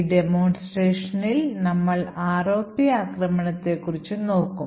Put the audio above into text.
ഈ ഡെമോൺസ്ട്രേഷനിൽ നമ്മൾ ROP ആക്രമണത്തെക്കുറിച്ച് നോക്കും